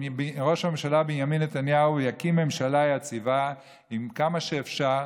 ועם ראש הממשלה בנימין נתניהו יקים ממשלה יציבה כמה שאפשר,